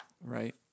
Right